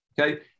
Okay